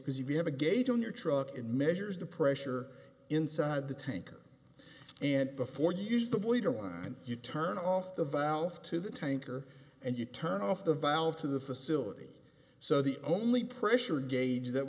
because you have a gauge on your truck and measures the pressure inside the tank and before you use the leader line you turn off the valve to the tanker and you turn off the valve to the facility so the only pressure gauge that